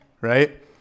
right